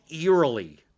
eerily